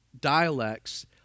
dialects